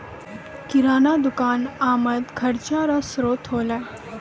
किराना दुकान आमद खर्चा रो श्रोत होलै